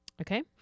Okay